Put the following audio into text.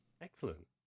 Excellent